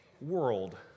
world